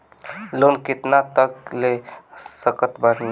Loan कितना तक ले सकत बानी?